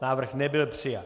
Návrh nebyl přijat.